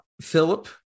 Philip